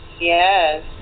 yes